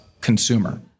consumer